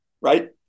right